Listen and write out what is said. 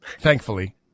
Thankfully